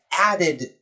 added